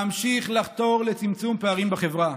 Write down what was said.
להמשיך לחתור לצמצום פערים בחברה,